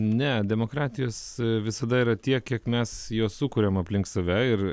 ne demokratijos visada yra tiek kiek mes jos sukuriam aplink save ir